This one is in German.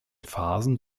phasen